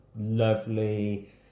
lovely